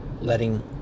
letting